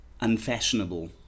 unfashionable